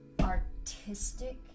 artistic